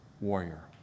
warrior